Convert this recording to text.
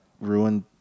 ruined